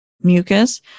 mucus